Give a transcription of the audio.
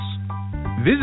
Visit